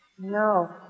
No